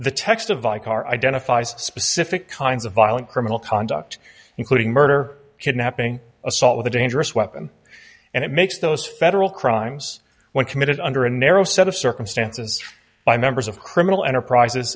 the text of by car identifies specific kinds of violent criminal conduct including murder kidnapping assault with a dangerous weapon and it makes those federal crimes when committed under a narrow set of circumstances by members of criminal enterprises i